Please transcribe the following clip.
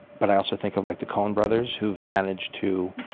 but i also think of like the coen brothers, who've managed to